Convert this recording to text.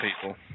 people